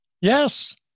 Yes